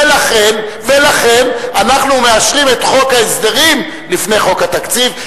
ולכן אנחנו מאשרים את חוק ההסדרים לפני חוק התקציב.